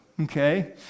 Okay